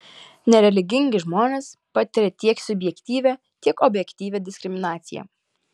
nereligingi žmonės patiria tiek subjektyvią tiek objektyvią diskriminaciją